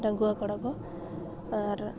ᱰᱟᱹᱝᱣᱟᱹ ᱠᱚᱲᱟᱠᱚ ᱟᱨ